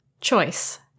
choice